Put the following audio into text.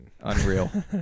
Unreal